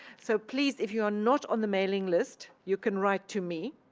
so please if you are not on the mailing list, you can write to me.